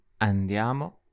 Andiamo